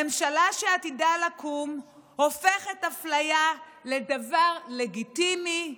הממשלה שעתידה לקום הופכת אפליה לדבר לגיטימי,